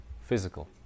physical